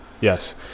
yes